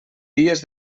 dies